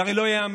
זה הרי לא ייאמן.